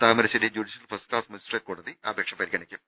Thamarassery judicial first class magistrate കോടതി അപേക്ഷ പരിഗണിക്കും